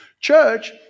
Church